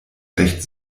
recht